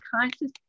conscious